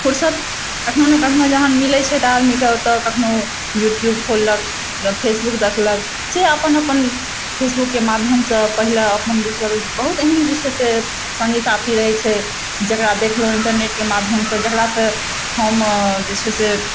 फुर्सत कखनो ने कखनो जहन मिलै छै तऽ आदमीकेँ तऽ कखनो यूट्यूब खोलके फेसबुक देखलक जे अपन अपन फेसबुकके माध्यमसँ पहिला अपन बिसरल बहुत एहन जे छै से सङ्गी साथी रहै छै जेकरा देखलहुँ इन्टरनेटके माध्यमसँ जकरासँ हम जे छै से